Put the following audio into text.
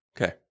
Okay